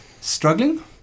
struggling